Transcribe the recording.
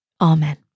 Amen